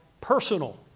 personal